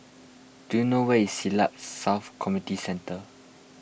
do you know where is Siglap South Community Centre